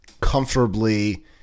comfortably